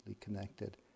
connected